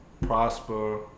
Prosper